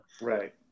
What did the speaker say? Right